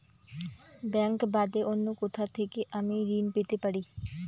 Bank বাদে অন্য কোথা থেকে আমি ঋন পেতে পারি?